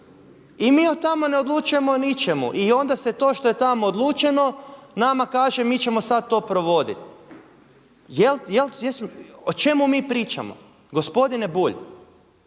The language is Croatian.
i mi od tamo ne odlučujemo ni o čemu. I onda se to što je tamo odlučeno nama kaže mi ćemo sad to provoditi. O čemu mi pričamo? Gospodine Bulj,